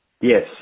Yes